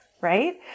right